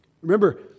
Remember